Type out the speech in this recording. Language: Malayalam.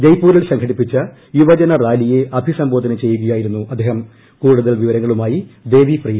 ജയ്പ്പൂരിൽ സംഘടിപ്പിച്ച യുവജനറാലിയെ അഭിസംബോധന ചെയ്യുകയായിരുന്നു അദ്ദേഹം കൂടുതൽ വിവരങ്ങളുമായി ദേവിപ്രിയ